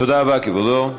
תודה רבה, כבודו.